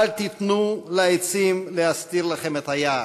אל תיתנו לעצים להסתיר לכם את היער,